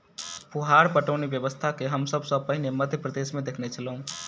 फुहार पटौनी व्यवस्था के हम सभ सॅ पहिने मध्य प्रदेशमे देखने छलौं